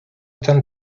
ten